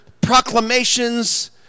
proclamations